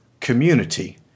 community